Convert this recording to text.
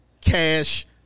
cash